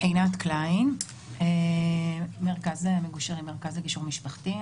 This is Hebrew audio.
עינת קליין, מגושרים, המרכז לגישור ממשפחתי.